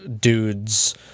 dude's